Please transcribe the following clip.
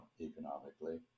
economically